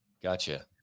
Gotcha